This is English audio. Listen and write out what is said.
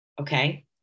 okay